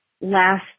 last